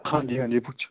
ਹਾਂਜੀ ਹਾਂਜੀ ਪੁੱਛੋ